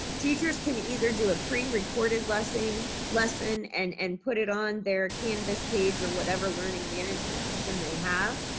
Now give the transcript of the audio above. teachers can either do a pre-recorded lesson lesson and and put it on their canvas page or whatever learning management system they have.